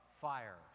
fire